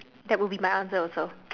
that would be my answer also